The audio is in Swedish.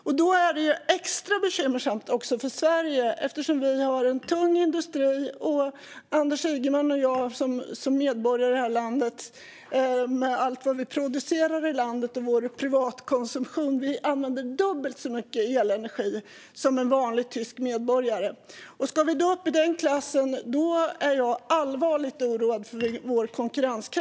Det här är extra bekymmersamt för Sverige, eftersom vi har en tung industri. Anders Ygeman och jag använder som medborgare i Sverige, med allt vad vi producerar i landet och med vår privatkonsumtion, dubbelt så mycket elenergi som en vanlig tysk medborgare. Jag blir allvarligt oroad över vår konkurrenskraft om vi ska upp i samma klass.